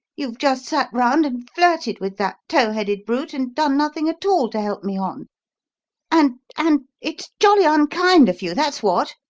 you've just sat round and flirted with that tow-headed brute and done nothing at all to help me on and and it's jolly unkind of you, that's what!